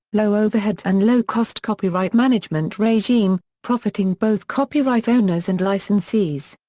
low-overhead and low-cost copyright-management regime, profiting both copyright owners and licensees.